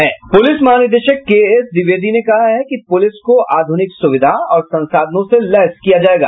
police महानिदेशक KS Dwivedi ने कहा है कि पुलिस को आधुनिक सुविधा और संसाधनों से लेस किया जायेगा